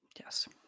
Yes